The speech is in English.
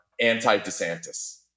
anti-DeSantis